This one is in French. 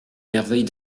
merveilles